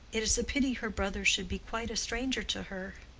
it is a pity her brother should be quite a stranger to her.